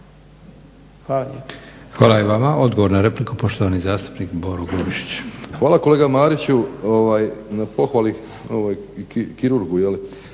Hvala i vama. Odgovor na repliku poštovani zastupnik Boro Grubišić. **Grubišić, Boro (HDSSB)** Hvala kolega Mariću na pohvali kirurgu.